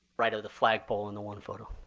right of the flagpole in the one photo.